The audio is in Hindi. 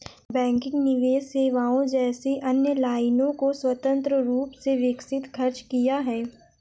बैंकिंग निवेश सेवाओं जैसी अन्य लाइनों को स्वतंत्र रूप से विकसित खर्च किया है